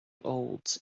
olds